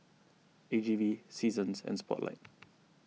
A G V Seasons and Spotlight